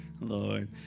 Lord